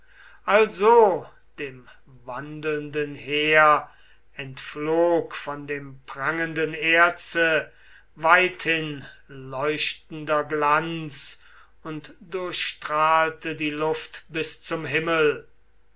also dem wandelnden heer entflog von dem prangenden erze weithin leuchtender glanz und durchstrahlte die luft bis zum himmel